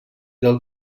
del